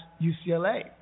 UCLA